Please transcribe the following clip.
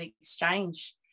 exchange